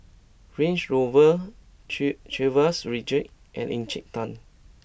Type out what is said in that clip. Range Rover Chivas Regal and Encik Tan